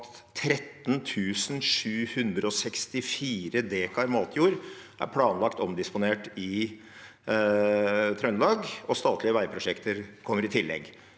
13 764 dekar matjord er planlagt omdisponert i Trøndelag, og statlige veiprosjekter kommer i tillegg.